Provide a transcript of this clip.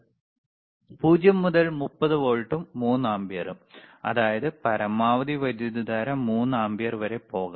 0 മുതൽ 30 വോൾട്ടും 3 ആമ്പിയറും അതായത് പരമാവധി വൈദ്യുതധാര 3 ആമ്പിയർ ആകാം